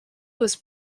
was